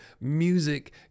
music